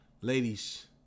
Ladies